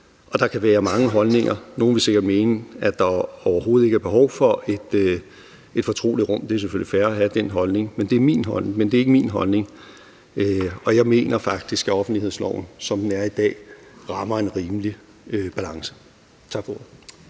og der kan være mange holdninger. Nogle vil sikkert mene, at der overhovedet ikke er behov for et fortroligt rum, og det er selvfølgelig fair at have den holdning. Men det er ikke min holdning, og jeg mener faktisk, at offentlighedsloven, som den er i dag, rammer en rimelig balance. Tak for ordet.